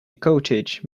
cottage